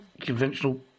conventional